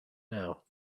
now